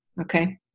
Okay